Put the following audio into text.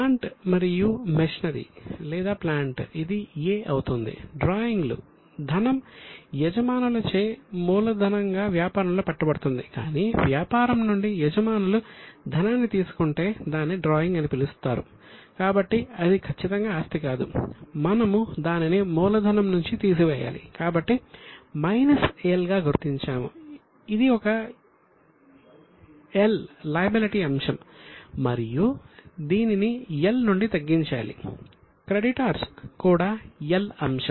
plant మరియు machinery ఒక అప్పు అంశం కావున'L' అంశం